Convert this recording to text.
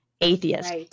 atheist